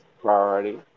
priority